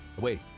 Wait